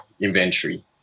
inventory